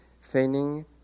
feigning